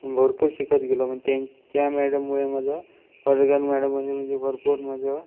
भरपूर शिकत गेलो मग त्यां त्या मॅडममुळे माझं मॅडम म्हणजे भरपूर माझं